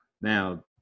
Now